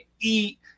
eat